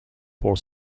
for